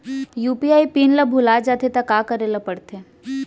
UPI PIN ल भुला जाथे त का करे ल पढ़थे?